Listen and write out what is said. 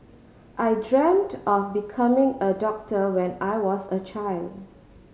I dreamt of becoming a doctor when I was a child